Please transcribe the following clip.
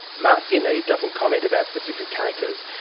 marcia neave doesn't comment about specific cases.